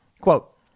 Quote